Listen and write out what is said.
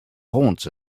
haunts